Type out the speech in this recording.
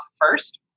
first